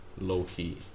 low-key